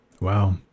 Wow